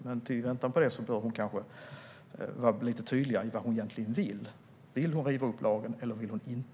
Men i väntan på det bör hon kanske vara lite tydligare med vad hon egentligen vill. Vill hon riva upp lagen eller inte?